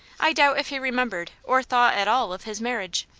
i doubt if he remembered or thought at all of his marriage.